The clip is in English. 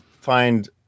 find